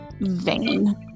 vain